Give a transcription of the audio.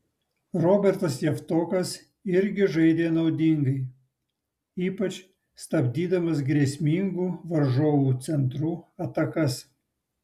robertas javtokas irgi žaidė naudingai ypač stabdydamas grėsmingų varžovų centrų atakas